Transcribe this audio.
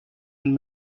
and